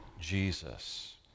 Jesus